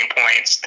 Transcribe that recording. points